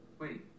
Wait